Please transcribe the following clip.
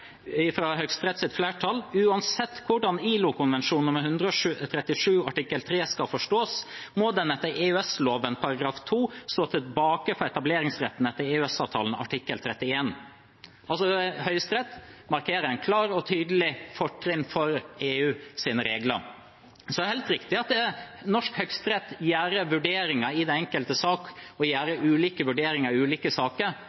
flertall: «Uansett hvordan ILO-konvensjon nr. 137 artikkel 3 skal forstås, må den etter EØS-loven § 2 stå tilbake for etableringsretten etter EØS-avtalen artikkel 31.» Høyesterett markerer altså et klart og tydelig fortrinn for EUs regler. Så er det helt riktig at norsk høyesterett gjør vurderinger i den enkelte sak, og gjør ulike vurderinger i ulike saker.